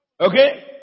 Okay